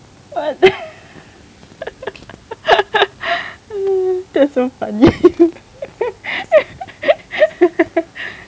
what that's so funny